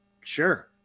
sure